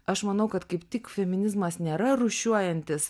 aš manau kad kaip tik feminizmas nėra rūšiuojantis